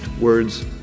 words